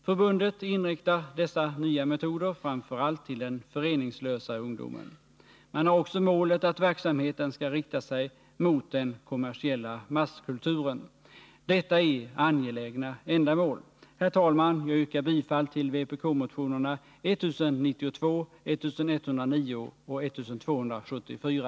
Förbundet inriktar dessa nya metoder framför allt till den föreningslösa ungdomen. Man har också målet att verksamheten skall rikta sig mot den kommersiella masskulturen. Detta är angelägna ändamål. Herr talman! Jag yrkar bifall till vpk-motionerna 1092, 1109 och 1274.